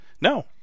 No